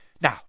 Now